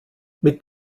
mit